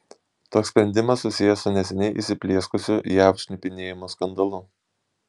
toks sprendimas susijęs su neseniai įsiplieskusiu jav šnipinėjimo skandalu